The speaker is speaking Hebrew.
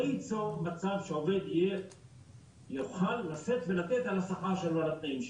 הדבר הזה ייצור מצב שהעובד יוכל לשאת ולתת על השכר שלו ועל התנאים שלו.